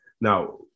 now